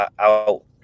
out